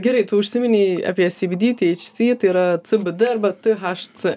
gerai tu užsiminei apie sybydy tyeičsy tai yra cbd arba tai t haš c